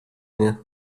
mnie